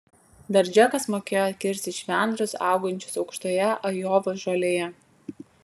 dar džekas mokėjo kirsti švendrus augančius aukštoje ajovos žolėje